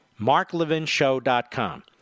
marklevinshow.com